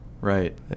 Right